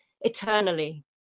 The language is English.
eternally